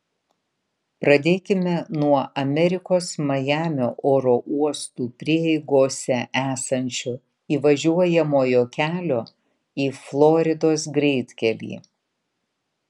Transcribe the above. pradėkime nuo amerikos majamio oro uostų prieigose esančio įvažiuojamojo kelio į floridos greitkelį